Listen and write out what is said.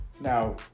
Now